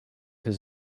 his